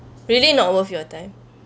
really not worth your time